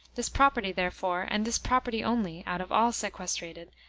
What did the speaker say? this property, therefore, and this property only, out of all sequestrated,